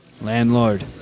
Landlord